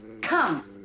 come